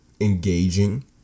Engaging